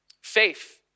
Faith